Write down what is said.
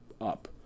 up